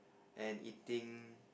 and eating